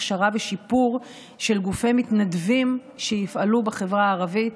הכשרה ושיפור של גופי מתנדבים שיפעלו בחברה הערבית,